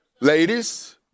Ladies